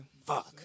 Fuck